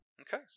Okay